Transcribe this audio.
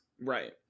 Right